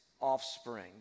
offspring